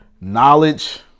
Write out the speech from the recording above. knowledge